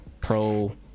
pro